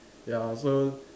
ya so